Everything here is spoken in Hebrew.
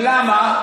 למה?